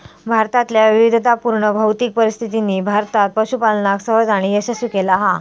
भारतातल्या विविधतापुर्ण भौतिक परिस्थितीनी भारतात पशूपालनका सहज आणि यशस्वी केला हा